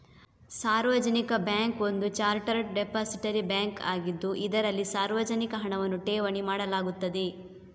ಸಾರ್ವಜನಿಕ ಬ್ಯಾಂಕ್ ಒಂದು chartered depository bank ಆಗಿದ್ದು, ಇದರಲ್ಲಿ ಸಾರ್ವಜನಿಕ ಹಣವನ್ನು ಠೇವಣಿ ಮಾಡಲಾಗುತ್ತದೆ